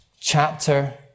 chapter